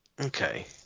Okay